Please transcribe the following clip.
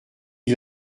est